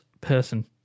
person